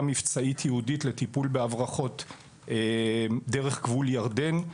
מבצעית יהודית לטיפול בהברחות דרך גבול ירדן.